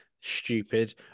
stupid